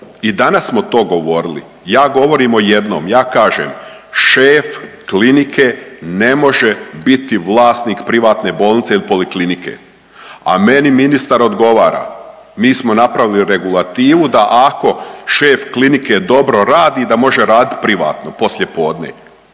i danas smo to govorili. Ja govorim o jednom, ja kažem, šef klinike ne može biti vlasnik privatne bolnice ili poliklinike, a meni ministar odgovara, mi smo napravili regulativu da ako šef klinike dobro radi, da može raditi privatno poslijepodne.